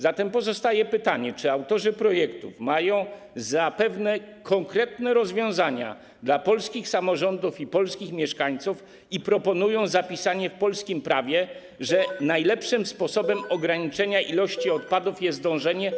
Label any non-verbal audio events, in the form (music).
Zatem pozostaje pytanie, czy autorzy projektu mają pewne konkretne rozwiązania dla polskich samorządów i polskich mieszkańców i proponują zapisanie w polskim prawie, (noise) że najlepszym sposobem ograniczenia ilości odpadów jest dążenie do.